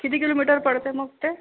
किती किलोमीटर पडते मग ते